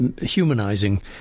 humanizing